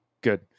Good